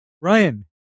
Ryan